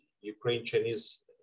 Ukraine-Chinese